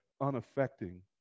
unaffecting